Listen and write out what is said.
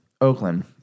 Oakland